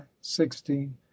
sixteen